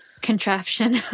contraption